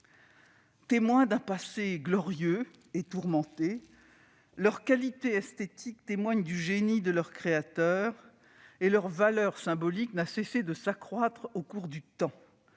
Témoins d'un passé glorieux et tourmenté, leurs qualités esthétiques attestent le génie de leurs créateurs et leur valeur symbolique n'a cessé de s'accroître au cours du temps.